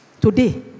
Today